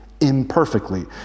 imperfectly